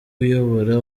uyobora